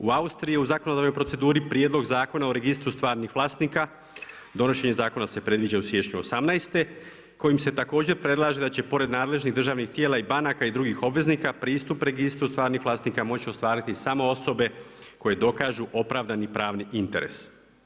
U Austriji je u zakonodavnoj proceduri Prijedlog zakona o registru stvarnih vlasnika, donošenje zakona se predviđa u siječnju 2018. kojim se također predlaže da će pored nadležnih državnih tijela i banaka i drugih obveznika pristup registru stvarnih vlasnika moći ostvariti samo osobe koje dokažu opravdani pravni interes.